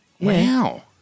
Wow